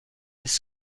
des